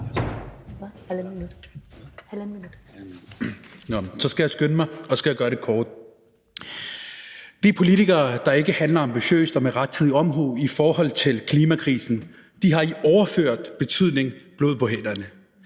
Så skal jeg skynde mig, og så skal jeg gøre det kort. De politikere, der ikke handler ambitiøst og med rettidig omhu i forhold til klimakrisen, har i overført betydning blod på hænderne.